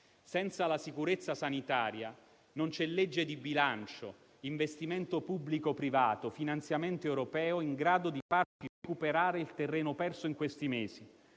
Senza la sicurezza sanitaria non ci sono legge di bilancio, investimento pubblico-privato o finanziamento europeo in grado di farci recuperare il terreno perso in questi mesi.